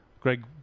Greg